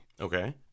Okay